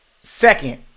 second